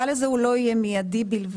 הגל הזה הוא לא יהיה מיידי בלבד.